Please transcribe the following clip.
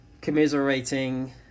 commiserating